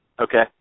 Okay